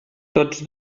tots